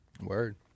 Word